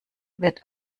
wird